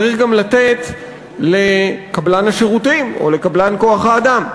צריך לתת גם לקבלן השירותים או לקבלן כוח-האדם.